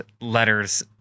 letters